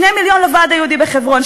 2 מיליון לוועד היהודי בחברון,